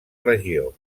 regió